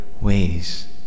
ways